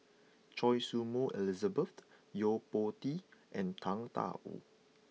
Choy Su Moi Elizabeth Yo Po Tee and Tang Da Wu